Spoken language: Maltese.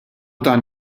dan